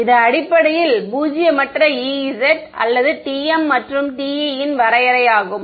இது அடிப்படையில் பூஜ்ஜியமற்ற Ez அல்லது TM மற்றும் TE இன் வரையறையாகும்